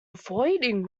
avoiding